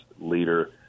leader